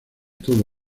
todo